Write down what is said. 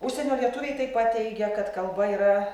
užsienio lietuviai taip pat teigia kad kalba yra